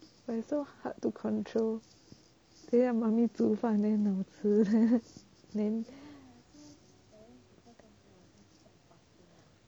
but it's so hard to control 等下妈咪煮饭 then 很好吃